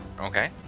Okay